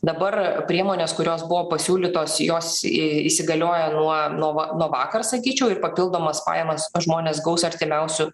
dabar priemonės kurios buvo pasiūlytos jos i įsigalioja nuo nova nuo vakar sakyčiau ir papildomas pajamas žmonės gaus artimiausiu